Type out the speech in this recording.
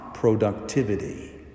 productivity